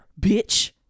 bitch